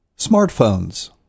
smartphones